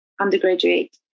undergraduate